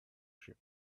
sheep